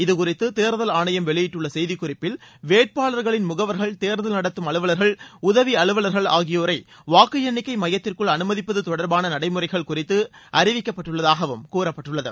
இது குறித்து தேர்தல் ஆணையம் வெளியிட்டுள்ள செய்திக் குறிப்பில் வேட்பாளர்களின் முகவர்கள் தேர்தல் நடத்தும் அலுவலர்கள் உதவி அலுவலர்கள் ஆகியோரை வாக்கு எண்ணிக்கை மையத்திற்குள் அனுமதிப்பது தொடர்பான நடைமுறைகள் குறித்து அறிவிக்கப்பட்டுள்ளதாகவும் கூறப்பட்டுள்ளது